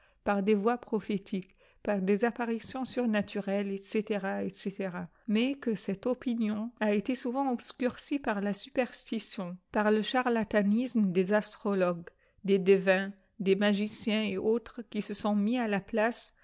par desvoi pi'ophétiqu par des apparitions surnaturelles etc etc mais que cette opinion a été souvent obscurde par la superstition par le charlatanisme des astrologues des devins des magiciens et autres qui se sont mis à la place